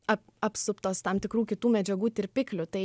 ap apsuptos tam tikrų kitų medžiagų tirpiklių tai